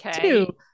Two